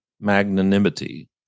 magnanimity